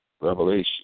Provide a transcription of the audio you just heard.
revelation